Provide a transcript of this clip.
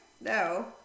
No